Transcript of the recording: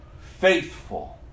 faithful